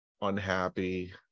unhappy